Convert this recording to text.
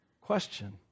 question